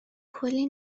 کلی